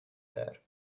there